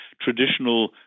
traditional